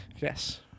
Yes